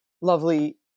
lovely